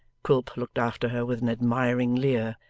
quilp looked after her with an admiring leer,